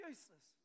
Useless